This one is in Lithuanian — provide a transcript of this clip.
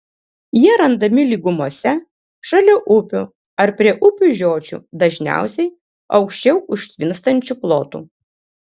jie randami lygumose šalia upių ar prie upių žiočių dažniausiai aukščiau užtvinstančių plotų